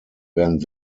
während